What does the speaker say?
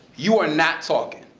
you are not talking.